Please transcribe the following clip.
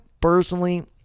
personally